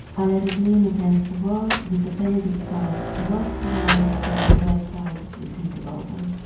i let it lean against the wall with the painted side towards the wall so the wet side is in the open.